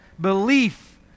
belief